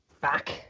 back